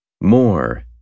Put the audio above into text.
more